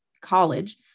college